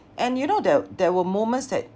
and you know there there were moments that